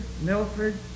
Milford